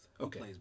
Okay